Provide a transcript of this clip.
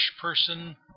person